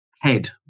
head